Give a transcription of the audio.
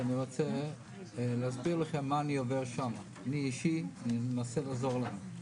אני רוצה להסביר לכם מה אני עובר שם אני אישית מנסה לעזור להם.